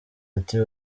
ati